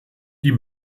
die